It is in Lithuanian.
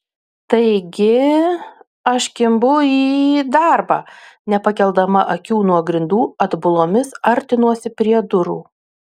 taigi aš kimbu į darbą nepakeldama akių nuo grindų atbulomis artinuosi prie durų